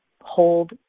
hold